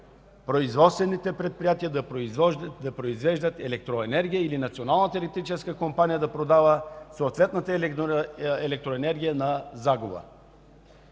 производствените предприятия да произвеждат електроенергия или Националната електрическа компания да продава съответната електроенергия на загуба.